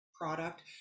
product